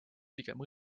pigem